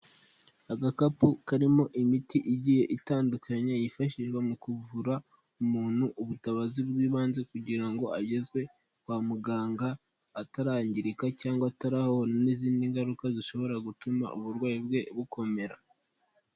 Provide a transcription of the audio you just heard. Agakapu karimo imiti igiye itandukanye yifashishwa mu kuvura umuntu ubutabazi bw'ibanze, kugira ngo agezwe kwa muganga atarangirika cyangwa atarahura n'izindi ngaruka zishobora gutuma uburwayi bwe bukomera.